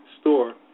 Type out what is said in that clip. store